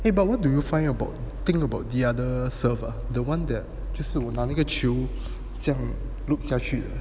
eh but what do you find about think about the other serve the one that 这我拿那个球 loop 下去